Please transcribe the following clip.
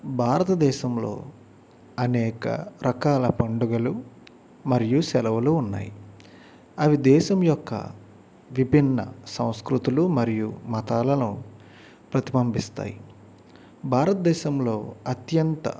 భారతదేశంలో అనేక రకాల పండుగలు మరియు సెలవులు ఉన్నాయి అవి దేశం యొక్క విభిన్న సంస్కృతులు మరియు మతాలను ప్రతిబింబిస్తాయి భారతదేశంలో అత్యంత